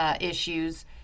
issues